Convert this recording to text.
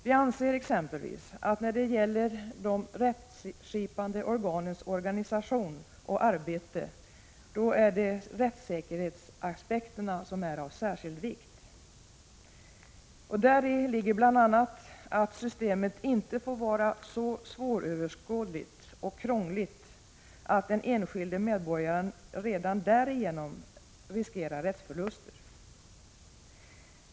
Vi anser exempelvis att när det gäller de rättskipande organens organisation och arbete är rättssäkerhetsaspekterna av särskild vikt. Däri ligger bl.a. att systemet inte får vara så svåröverskådligt och krångligt att den enskilde medborgaren redan därigenom riskerar rättsförluster.